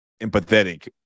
empathetic